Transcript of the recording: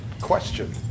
question